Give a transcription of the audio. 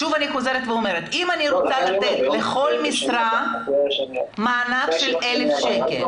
שוב אני חוזרת ואומרת שאם אני יכולה לתת לכל משרה מענק של 1,000 שקלים,